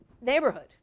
neighborhood